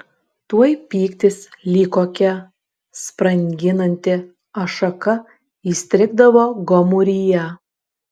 tuoj pyktis lyg kokia spranginanti ašaka įstrigdavo gomuryje